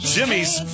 Jimmy's